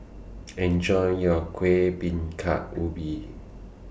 Enjoy your Kueh Bingka Ubi